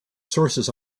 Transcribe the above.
sources